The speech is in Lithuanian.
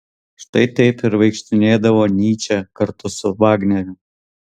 štai taip ir vaikštinėdavo nyčė kartu su vagneriu